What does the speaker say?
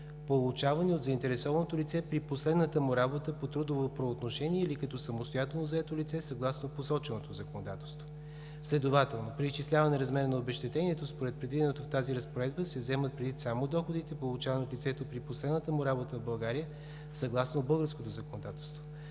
получавани от заинтересованото лице при последната му работа по трудово правоотношение или като самостоятелно заето лице, съгласно посоченото законодателство. Следователно при изчисляване размера на обезщетението, според предвиденото в тази разпоредба, се вземат предвид само доходите, получавани от лицето при последната му работа в България съгласно българското законодателство.